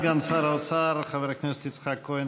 סגן שר האוצר חבר הכנסת יצחק כהן,